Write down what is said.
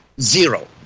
zero